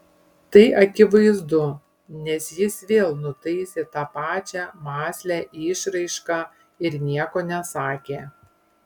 tai akivaizdu nes jis vėl nutaisė tą pačią mąslią išraišką ir nieko nesakė